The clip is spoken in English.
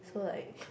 so like